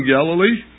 Galilee